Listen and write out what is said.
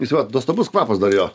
jis vat nuostabus kvapas dar jo